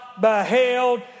beheld